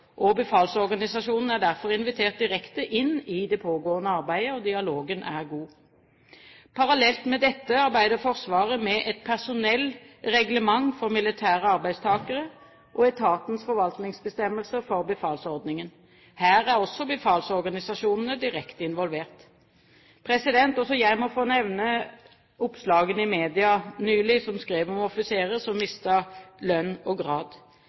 er derfor invitert direkte inn i det pågående arbeidet, og dialogen er god. Parallelt med dette arbeider Forsvaret med et personellreglement for militære arbeidstakere og etatens forvaltningsbestemmelser for befalsordningen. Her er også befalsorganisasjonene direkte involvert. Også jeg må få nevne oppslagene i media nylig om offiserer som mister lønn og grad.